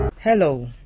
Hello